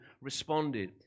responded